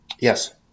Yes